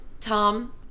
Tom